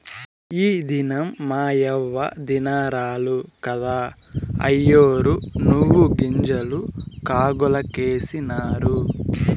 ఈ దినం మాయవ్వ దినారాలు కదా, అయ్యోరు నువ్వుగింజలు కాగులకేసినారు